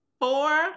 Four